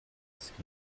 scant